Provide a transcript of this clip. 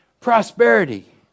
Prosperity